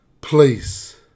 please